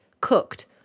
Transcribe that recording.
cooked